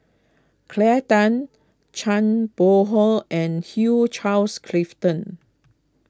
Claire Tham Zhang Bohe and Hugh Charles Clifford